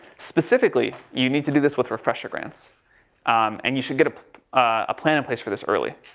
specifically, you need to do this with refresher grants and you should get a, a plan in place for this early.